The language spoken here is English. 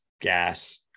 gas